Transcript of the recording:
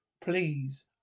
Please